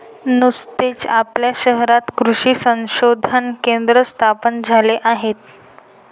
नुकतेच आपल्या शहरात कृषी संशोधन केंद्र स्थापन झाले आहे